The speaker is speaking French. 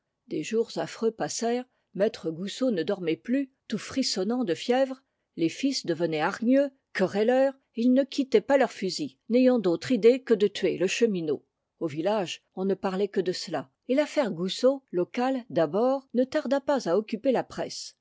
des jours affreux passèrent maître goussot ne dormait plus tout frissonnant de fièvre les fils devenaient hargneux querelleurs et ils ne quittaient pas leurs fusils n'ayant d'autre idée que de tuer le chemineau au village on ne parlait que de cela et l'affaire goussot locale d'abord ne tarda pas à occuper la presse